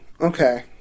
Okay